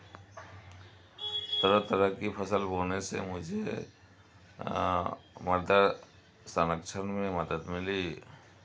तरह तरह की फसल बोने से मुझे मृदा संरक्षण में मदद मिली